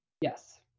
yes